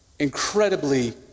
incredibly